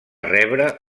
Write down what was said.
rebre